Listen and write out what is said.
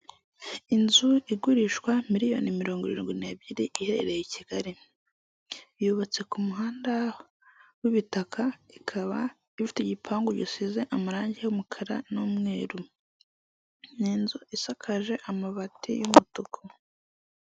Inzu igurishwa miliyoni mirongo irindwi n'ebyiri iherereye i kigali, yubatse ku muhanda w'ibitaka ikaba ifite igipangu gisize amarangi y'umukara n'umweru n'inzu isakaje amabati y'umutuku.